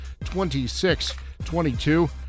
26-22